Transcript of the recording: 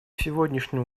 сегодняшнем